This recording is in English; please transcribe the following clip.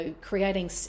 creating